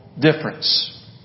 difference